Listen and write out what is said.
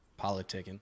Politicking